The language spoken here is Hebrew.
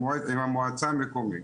עם המועצה המקומית,